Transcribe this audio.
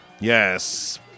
Yes